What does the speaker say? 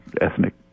ethnic